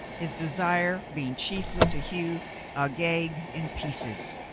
his desire being chiefly to hew agag in pieces.